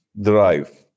drive